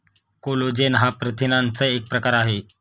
collagen हा प्रथिनांचा एक प्रकार आहे